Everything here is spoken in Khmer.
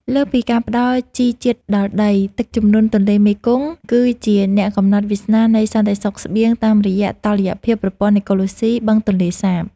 លើសពីការផ្តល់ជីជាតិដល់ដី ទឹកជំនន់ទន្លេមេគង្គគឺជាអ្នកកំណត់វាសនានៃសន្តិសុខស្បៀងតាមរយៈតុល្យភាពប្រព័ន្ធអេកូឡូស៊ីបឹងទន្លេសាប។